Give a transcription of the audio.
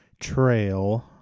trail